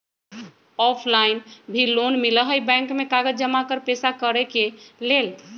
Offline भी loan मिलहई bank में कागज जमाकर पेशा करेके लेल?